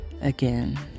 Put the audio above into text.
Again